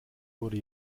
wurde